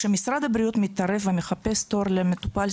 כשמשרד הבריאות מתערב ומחפש תור למטופל,